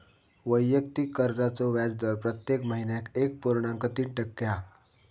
वैयक्तिक कर्जाचो व्याजदर प्रत्येक महिन्याक एक पुर्णांक तीन टक्के हा